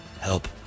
help